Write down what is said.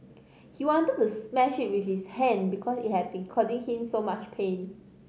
he wanted to smash it with his hand because it had been causing him so much pain